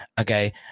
Okay